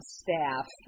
staff